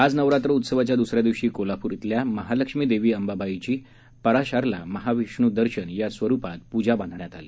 आज नवरात्र उत्सवाच्या दुसऱ्या दिवशी कोल्हापूर इथल्या महालक्ष्मी देवी अंबाबाईची पराशराला महाविष्णू दर्शन या स्वरुपात पूजा बांधण्यात आली